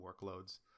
workloads